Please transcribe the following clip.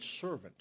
servant